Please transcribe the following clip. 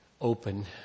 open